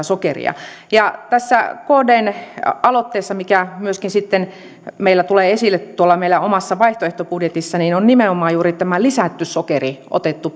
sokeria tässä kdn aloitteessa mikä myöskin sitten tulee esille tuolla meidän omassa vaihtoehtobudjetissamme on nimenomaan juuri tämä lisätty sokeri otettu